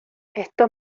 esto